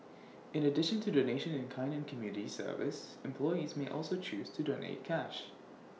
in addition to donation in kind and community service employees may also choose to donate cash